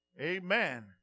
Amen